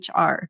HR